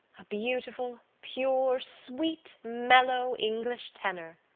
a beautiful, pure, sweet, mellow english tenor,